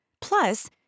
Plus